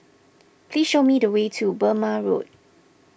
please show me the way to Burmah Road